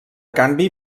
canvi